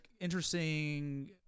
interesting